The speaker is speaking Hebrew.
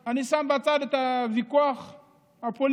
אני שם בצד את הוויכוח הפוליטי,